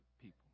people